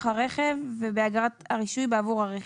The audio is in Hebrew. הרכב ובתשלום אגרת הרישוי בעבו הרכב.